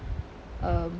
um